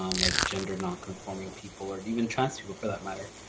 um like gender-nonconform being people or even trans people for that matter.